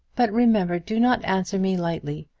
but remember do not answer me lightly.